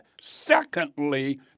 Secondly